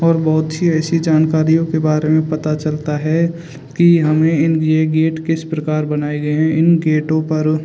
और बहुत सी ऐसी जानकारियों के बारे में पता चलता है कि हमें इन यह गेट किस प्रकार बनाए गए हैं इस गेटों पर